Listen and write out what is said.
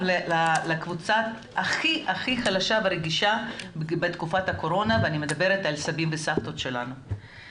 לקבוצה הכי חלשה ורגישה ואני מדברת על הסבים והסבתות שלנו.